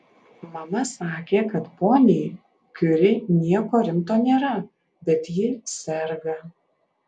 mama sakė kad poniai kiuri nieko rimto nėra bet ji serga